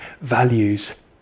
values